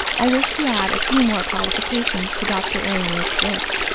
i wish to add a few more qualifications to dr. illingworth's list,